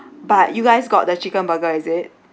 but you guys got the chicken burger is it